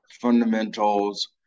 fundamentals